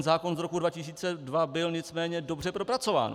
Zákon z roku 2002 byl nicméně dobře propracován.